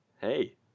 Hey